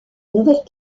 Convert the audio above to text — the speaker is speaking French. nouvelle